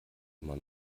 immer